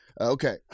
okay